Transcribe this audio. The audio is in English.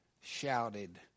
shouted